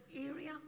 area